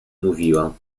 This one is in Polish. mówiła